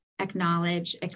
acknowledge